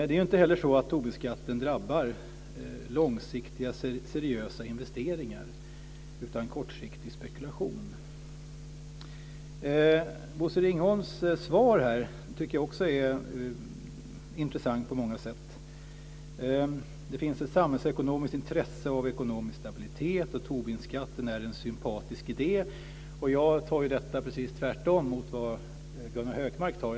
Det är inte heller så att Tobinskatten drabbar långsiktiga seriösa investeringar, utan den drabbar kortsiktig spekulation. Bosse Ringholms svar tycker jag också är intressant på många sätt. Det finns ett samhällsekonomiskt intresse av ekonomisk stabilitet, och Tobinskatten är en sympatisk idé. Jag och Gunnar Hökmark tar detta på precis motsatt sätt.